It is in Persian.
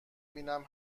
بینم